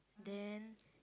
then